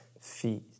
feet